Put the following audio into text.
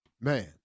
Man